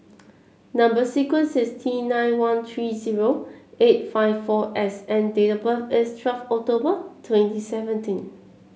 number sequence is T nine one three zero eight five four S and date of birth is twelve October twenty seventeen